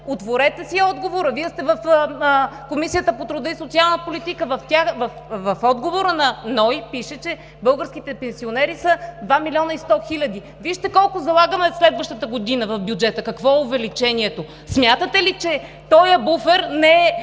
Отворете си отговора, Вие сте в Комисията по труда и социалната политика. В отговора на НОИ пише, че българските пенсионери са 2 млн. 100 хиляди. Вижте колко залагаме следващата година в бюджета, какво е увеличението. Смятате ли, че този буфер не е